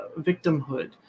victimhood